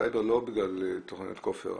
מסייבר לא בגלל כופר.